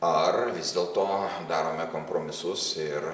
ar vis dėlto darome kompromisus ir